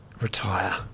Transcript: retire